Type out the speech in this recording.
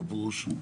מה הפירוש?